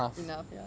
enough ya